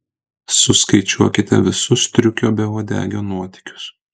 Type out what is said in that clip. suskaičiuokite visus striukio beuodegio nuotykius